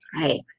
Right